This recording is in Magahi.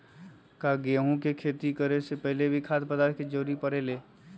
का गेहूं के खेती करे से पहले भी खाद्य पदार्थ के जरूरी परे ले?